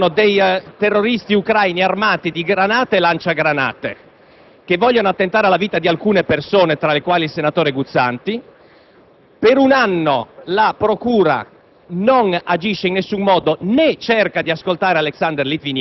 cioè, nell'autunno del 2005 Scaramella segnala che ci sono dei terroristi ucraini armati di granate e lanciagranate che vogliono attentare alla vita di alcune persone, tra cui il senatore Guzzanti.